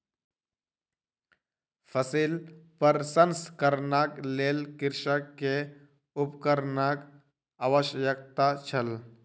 फसिल प्रसंस्करणक लेल कृषक के उपकरणक आवश्यकता छल